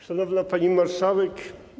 Szanowna Pani Marszałek!